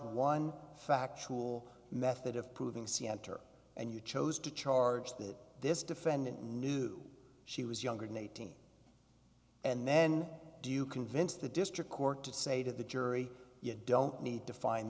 one factual method of proving see enter and you chose to charge that this defendant knew she was younger than eighteen and then do you convince the district court to say to the jury you don't need to find